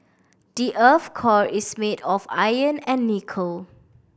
the earth's core is made of iron and nickel